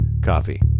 Coffee